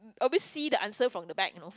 always see the answer from the back you know